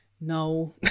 No